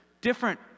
different